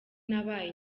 nabanye